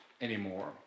anymore